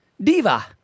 diva